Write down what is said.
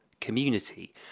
community